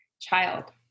child